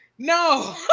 No